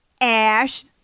Ash